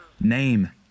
name